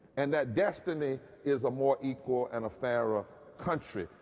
and that destiny is a more equal and fairer country.